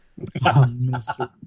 Mr